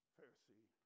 Pharisee